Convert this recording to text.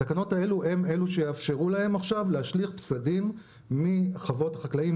התקנות האלו הן אלו שיאפשרו להם עכשיו להשליך פסדים מחוות החקלאים,